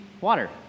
water